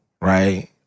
right